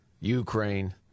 Ukraine